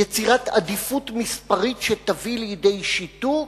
יצירת עדיפות מספרית שתביא לידי שיתוק,